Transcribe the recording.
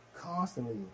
constantly